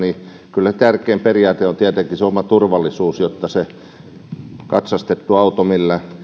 kyllä se tärkein periaate on tietenkin oma turvallisuus jotta katsastettu auto millä